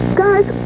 guys